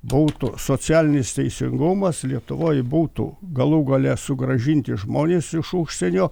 būtų socialinis teisingumas lietuvoj būtų galų gale sugrąžinti žmonės iš užsienio